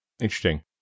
Interesting